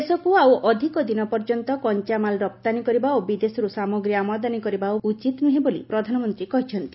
ଦେଶକୁ ଆଉ ଅଧିକ ଦିନ ପର୍ଯ୍ୟନ୍ତ କଞ୍ଚାମାଲ ରପ୍ତାନୀ କରିବା ଓ ବିଦେଶରୁ ସାମଗ୍ରୀ ଆମଦାନୀ କରିବା ଉଚିତ ନୁହେଁ ବୋଲି ପ୍ରଧାନମନ୍ତ୍ରୀ କହିଛନ୍ତି